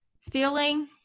feeling